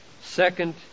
second